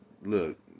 look